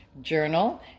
journal